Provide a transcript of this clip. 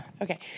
okay